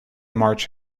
march